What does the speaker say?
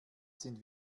sind